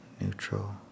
neutral